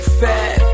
fat